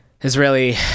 Israeli